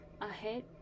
ahead